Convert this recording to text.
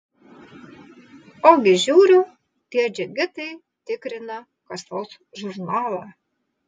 ogi žiūriu tie džigitai tikrina kasos žurnalą